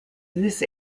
this